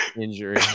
injury